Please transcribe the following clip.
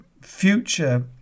future